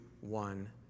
one